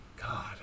God